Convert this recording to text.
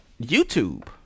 YouTube